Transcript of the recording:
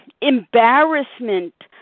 embarrassment